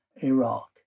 Iraq